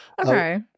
Okay